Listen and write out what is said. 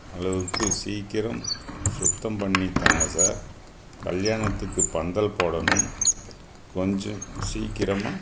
அளவுக்கு சீக்கிரம் சுத்தம் பண்ணி தாங்க சார் கல்யாணத்துக்கு பந்தல் போடணும் கொஞ்சம் சீக்கிரமாக